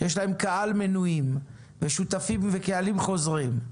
יש להם קהל מנויים ושותפים וקהלים חוזרים.